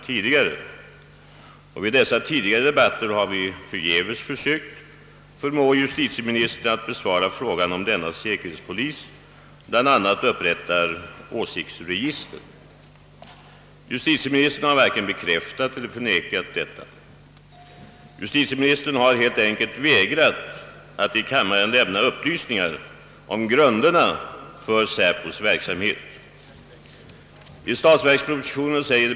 Vid dessa debatter har vi förgäves försökt förmå justitieministern att besvara frågan huruvida säkerhetspolisen bl.a. upprättar åsiktsregister. Justitieministern har varken bekräftat eller förnekat detta. Han har helt enkelt vägrat att här i kammaren lämna upplysningar om grunderna för SÄPO:s verksamhet.